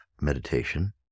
meditation